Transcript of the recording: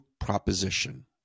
proposition